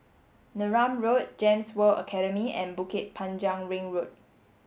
Neram Road GEMS World Academy and Bukit Panjang Ring Road